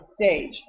stage